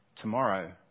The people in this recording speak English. tomorrow